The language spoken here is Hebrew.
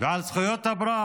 ועל זכויות הפרט